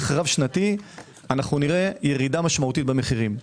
רב שנתי נראה ירידה משמעותית במחירים.